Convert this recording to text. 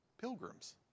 Pilgrims